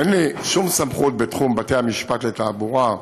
אין לי שום סמכות בתחום בתי המשפט לתעבורה,